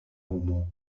homo